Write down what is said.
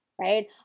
right